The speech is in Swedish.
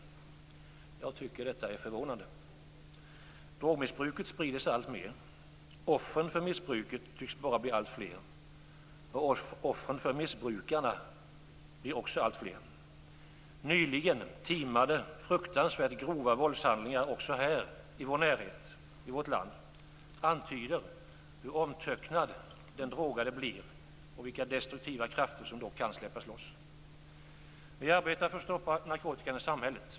Jag tycker att detta är förvånande. Drogmissbruket sprider sig alltmer. Offren för missbruket tycks bara bli alltfler. Offren för missbrukarna blir också alltfler. Nyligen timade fruktansvärt grova våldshandlingar också här i vår närhet, i vårt land, som antyder hur omtöcknad den drogade blir och vilka destruktiva krafter som då kan släppas loss. Vi arbetar för att stoppa narkotikan i samhället.